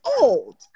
old